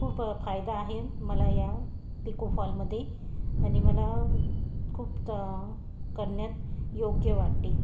खूप फायदा आहे मला या पिको फॉलमध्ये आणि मला खूप करण्यात योग्य वाटते